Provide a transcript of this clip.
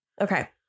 Okay